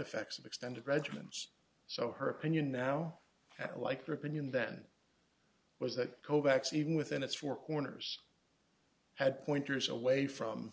effects of extended regimens so her opinion now at like her opinion then was that kovacs even within its four corners had pointers away from